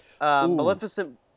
Maleficent